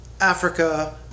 Africa